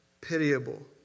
pitiable